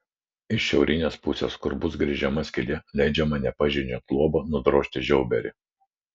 iš šiaurinės pusės kur bus gręžiama skylė leidžiama nepažeidžiant luobo nudrožti žiauberį